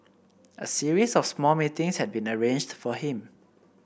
a series of small meetings had been arranged for him